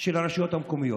של הרשויות המקומיות?